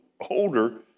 older